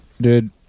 Dude